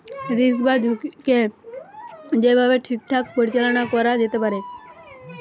risk বা ঝুঁকিকে যেই ভাবে ঠিকঠাক পরিচালনা করা যেতে পারে